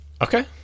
Okay